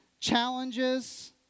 challenges